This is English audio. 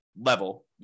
level